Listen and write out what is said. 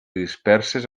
disperses